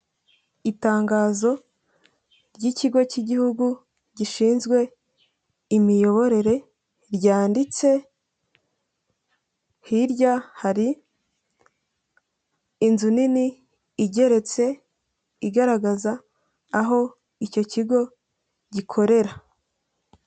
Itangazo ry'ikigo cy'igihugu gishinzwe imiyoborere ryanditse, hirya hari inzu nini igeretse, igaragaza aho icyo kigo gikorera.